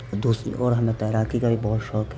دوسرے اور ہمیں تیراکی کا بھی بہت شوق ہے